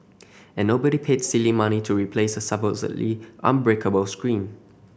and nobody paid silly money to replace a supposedly unbreakable screen